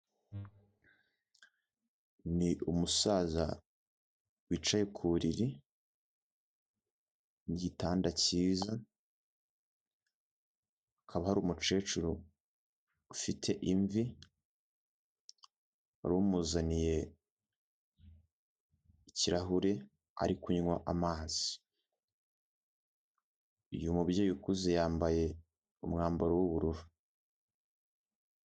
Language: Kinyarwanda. Ni umusaza wicaye ku buriri n'igitanda cyiza, hakaba hari umukecuru ufite imvi warumuzaniye ikirahure ari kunywa amazi. Uyu mubyeyi ukuze yambaye umwambaro w'ubururu.